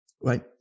right